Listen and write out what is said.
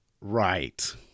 Right